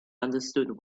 understood